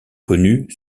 connus